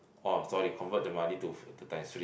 oh sorry convert the money to to times three